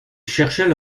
cherchaient